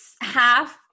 half